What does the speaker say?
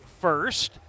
first